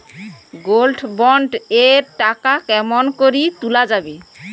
Gold bond এর টাকা কেমন করি তুলা যাবে?